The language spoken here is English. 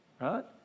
right